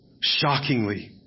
shockingly